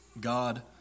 God